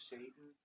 Satan